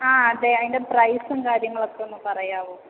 ആ അതെ അതിൻ്റെ പ്രൈസും കാര്യങ്ങളൊക്കെ ഒന്ന് പറയാവോ